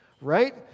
right